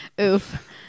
Oof